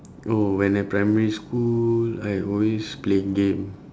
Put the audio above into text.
oh when I primary school I always play game